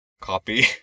copy